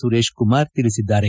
ಸುರೇಶ್ ಕುಮಾರ್ ತಿಳಿಸಿದ್ದಾರೆ